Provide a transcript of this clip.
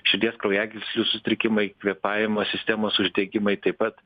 širdies kraujagyslių sutrikimai kvėpavimo sistemos uždegimai taip pat